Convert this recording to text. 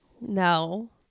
No